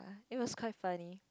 it was quite funny